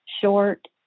short